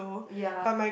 ya